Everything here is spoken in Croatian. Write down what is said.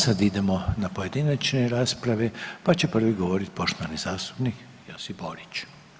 Sad idemo na pojedinačne rasprave, pa će prvi govorit poštovani zastupnik Josip Borić.